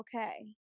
okay